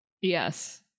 Yes